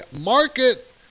market